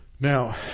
Now